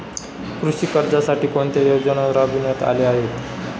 कृषी कर्जासाठी कोणत्या योजना राबविण्यात आल्या आहेत?